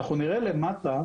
למטה,